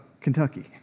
Kentucky